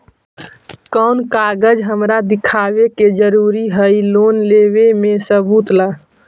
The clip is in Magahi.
कौन कागज हमरा दिखावे के जरूरी हई लोन लेवे में सबूत ला?